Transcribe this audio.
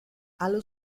allo